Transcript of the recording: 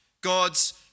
God's